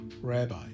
Rabbi